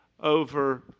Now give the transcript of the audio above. over